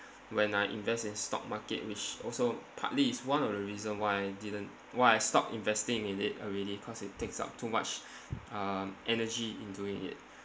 when I invest in stock market which also partly is one of the reason why I didn't why I stop investing in it already cause it takes up too much um energy in doing it